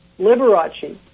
Liberace